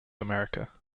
america